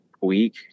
week